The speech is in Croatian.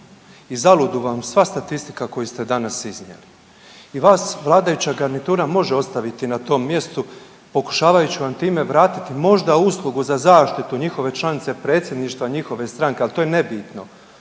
I zaludu vam sva statistika koju ste danas iznijeli i vas vladajuća garnitura može ostaviti na tom mjestu pokušavajući vam time vratiti možda uslugu za zaštitu njihove članice predsjedništva njihove stranke, ali to je nebitno